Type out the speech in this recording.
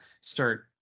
start